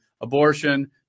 abortion